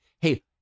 Hey